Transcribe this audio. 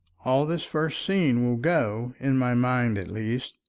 all this first scene will go, in my mind at least,